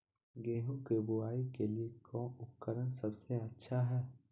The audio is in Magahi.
गेहूं के बुआई के लिए कौन उपकरण सबसे अच्छा है?